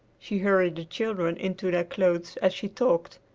she hurried the children into their clothes as she talked,